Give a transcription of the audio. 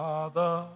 Father